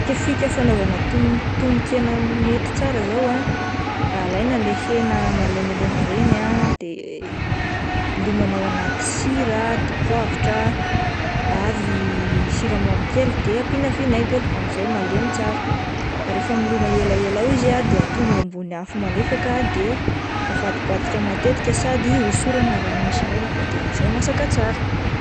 Fikafika fanaovana tonoton-kena mety tsara izao ah, alaina ilay hena malemilemy ireny ah de lomana ao anaty sira, dipoavatra ary siramamy kely de ampiana vinaigira amin'izay malemy tsara, rehefa milona elaela ao izy ah de atono eo ambony afo malefaka de avadibadika matetika sady hosorana rano misy menaka de amin'izay masaka tsara.